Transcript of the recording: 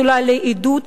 הפסולה לעדות,